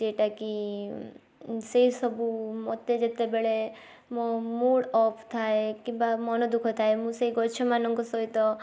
ଯେଟାକି ସେଇ ସବୁ ମୋତେ ଯେତେବେଳେ ମୋ ମୁଡ଼୍ ଅଫ୍ ଥାଏ କିମ୍ବା ମନ ଦୁଃଖ ଥାଏ ମୁଁ ସେଇ ଗଛମାନଙ୍କ ସହିତ